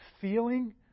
feeling